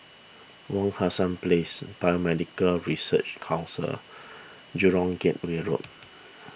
Wak Hassan Place Biomedical Research Council Jurong Gateway Road